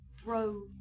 throw